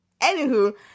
Anywho